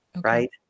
Right